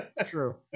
True